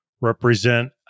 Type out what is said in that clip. represent